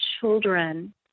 children